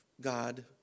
God